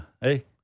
Hey